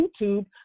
YouTube